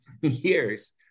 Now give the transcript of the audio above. years